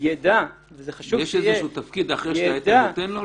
יידע וזה חשוב שיהיה -- יש תפקיד שאתה נותן לו?